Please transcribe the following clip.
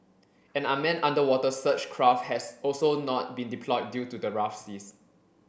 an unmanned underwater search craft has also not been deployed due to the rough seas